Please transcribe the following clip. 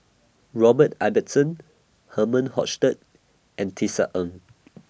Robert Ibbetson Herman Hochstadt and Tisa Ng